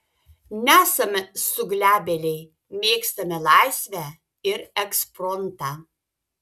nesame suglebėliai mėgstame laisvę ir ekspromtą